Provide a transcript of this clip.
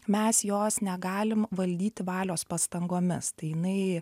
mes jos negalim valdyti valios pastangomis tai jinai